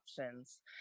options